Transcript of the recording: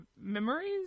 memories